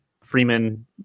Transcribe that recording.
Freeman